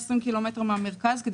120 ק"מ מהמרכז.